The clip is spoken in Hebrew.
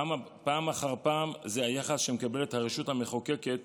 פעם אחר פעם זה היחס שמקבלת הרשות המחוקקת